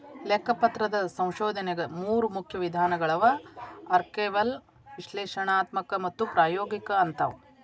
ಲೆಕ್ಕಪತ್ರದ ಸಂಶೋಧನೆಗ ಮೂರು ಮುಖ್ಯ ವಿಧಾನಗಳವ ಆರ್ಕೈವಲ್ ವಿಶ್ಲೇಷಣಾತ್ಮಕ ಮತ್ತು ಪ್ರಾಯೋಗಿಕ ಅಂತವ